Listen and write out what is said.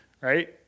right